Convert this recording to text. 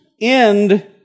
end